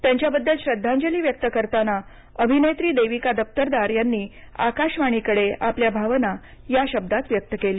त्यांच्याबद्दल श्रद्धांजली व्यक्त करताना अभिनेत्री देविका दप्परदार यांनी आकाशवाणीकडे आपल्या भावना या शब्दांत व्यक्त केल्या